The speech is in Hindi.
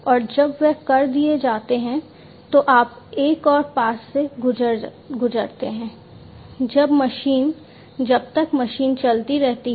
और जब वे कर दिए जाते हैं तो आप एक और पास से गुजरते हैं जब मशीन जब तक मशीन चलती रहती है